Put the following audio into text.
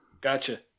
Gotcha